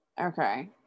okay